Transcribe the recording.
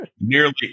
nearly